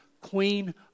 queen